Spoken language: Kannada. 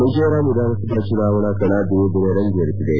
ಮಿಜೋರಾಂ ವಿಧಾನಸಭಾ ಚುನಾವಣಾ ಕಣ ದಿನೇ ದಿನೇ ರಂಗೇರುತ್ತಿದೆ